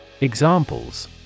Examples